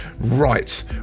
right